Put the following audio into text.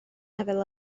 lefel